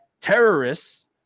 terrorists